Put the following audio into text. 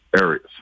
areas